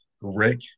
Rick